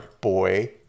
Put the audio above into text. boy